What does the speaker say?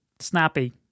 snappy